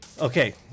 Okay